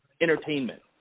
entertainment